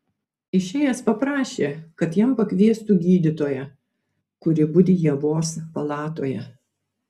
išėjęs paprašė kad jam pakviestų gydytoją kuri budi ievos palatoje